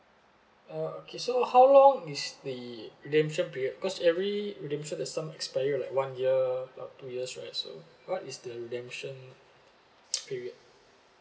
orh okay so how long is the redemption period because every redemption there is some expiry like one year about two years right so what is the redemption period